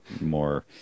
more